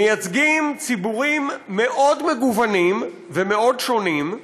מייצגים ציבורים מאוד מגוונים ומאוד שונים,